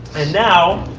and now,